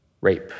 rape